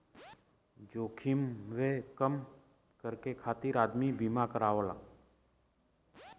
जोखिमवे कम करे खातिर आदमी बीमा करावेला